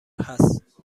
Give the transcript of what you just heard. هست